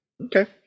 Okay